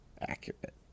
accurate